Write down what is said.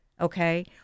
okay